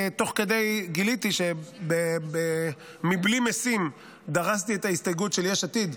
תוך כדי גיליתי שמבלי משים דרסתי את ההסתייגות של יש עתיד,